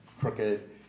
crooked